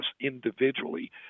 individually